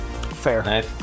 Fair